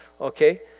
Okay